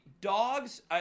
dogs